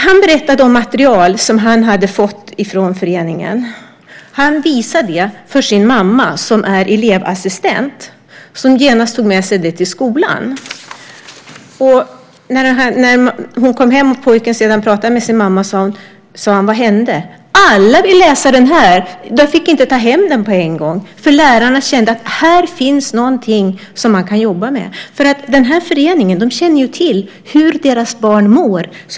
Han berättade om material som han hade fått från föreningen. Han visade det för sin mamma, som är elevassistent och som genast tog det med sig till skolan. När hon sedan kom hem frågade han: Vad hände? Alla ville läsa det, blev svaret. Jag fick inte ta hem det på en gång. Lärarna kände att här finns någonting som man kan jobba med. Den här föreningen känner ju till hur deras barn mår.